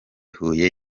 huye